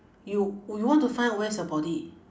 you would you want to find out where's your body